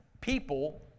people